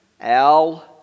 Al